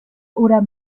oder